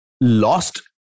lost